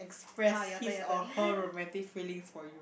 express his or her romantic feelings for you